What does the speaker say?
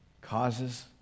causes